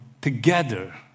together